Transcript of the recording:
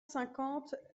cinquante